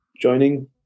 joining